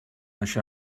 això